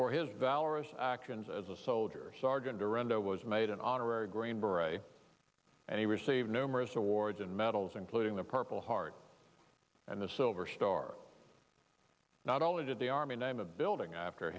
for his valorous actions as a soldier sergeant to render was made an honorary green beret and he received numerous awards and medals including the purple heart and the silver star not only did the army name a building after